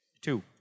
Two